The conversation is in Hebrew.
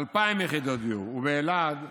2,000 יחידות דיור, באלעד,